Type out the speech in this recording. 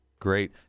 Great